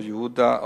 אור-יהודה,